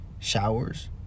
Showers